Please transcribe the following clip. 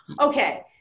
Okay